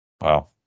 Wow